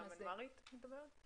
על המנמ"רית את מדברת?